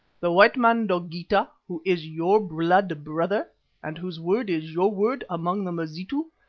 the white man dogeetah, who is your blood-brother and whose word is your word among the mazitu,